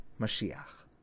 Mashiach